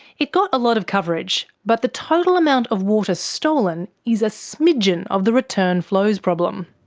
it got a lot of coverage, but the total amount of water stolen is a smidgin of the return flows problem.